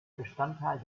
bestandteil